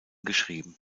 geschrieben